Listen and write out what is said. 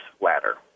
ladder